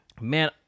man